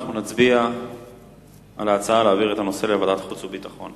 אנחנו נצביע על ההצעה להעביר את הנושא לוועדת חוץ וביטחון.